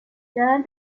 then